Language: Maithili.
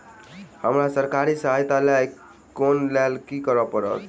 हमरा सरकारी सहायता लई केँ लेल की करऽ पड़त?